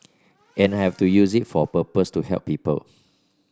and I have to use it for a purpose to help people